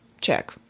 check